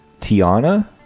Tiana